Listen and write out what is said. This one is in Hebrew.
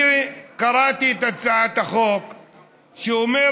אני קראתי את הצעת החוק שאומרת: